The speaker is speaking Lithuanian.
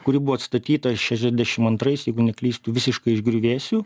kuri buvo atstatyta šešiasdešim antrais jeigu neklystu visiškai iš griuvėsių